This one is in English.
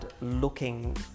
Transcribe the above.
looking